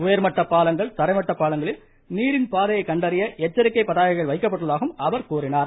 உயர்மட்ட பாலங்கள் தரைமட்ட பாலங்களில் நீரின் பாதையை கண்டறிய எச்சரிக்கை பதாகைகள் வைக்கப்பட்டுள்ளதாகவும் அவர் கூறினார்